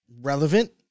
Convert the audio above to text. relevant